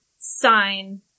sign